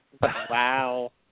Wow